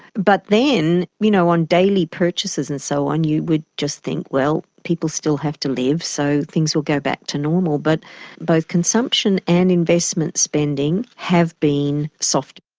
but then you know on daily purchases and so on you would just think, well, people still have to live, so things will go back to normal. but both consumption and investment spending have been soft.